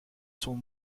sont